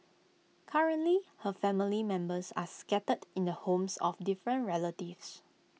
currently her family members are scattered in the homes of different relatives